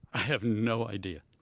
i have no idea.